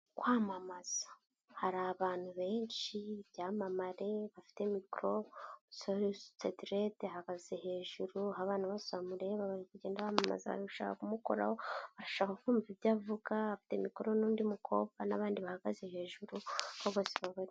Kwamamaza hari abantu benshi ibyamamare bifite mikoro umusore ufite derede ahagaze hejuru Aho abantu bose bamureba bagenda bamamaza barigushaka kumukoraho ashaka kumva ibyo avuga afite mikoro n'undi mukobwa n'abandi bahagaze hejuru ko bose babareba.